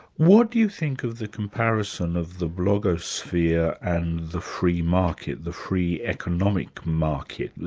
what do you think of the comparison of the blogosphere and the free market, the free economic market,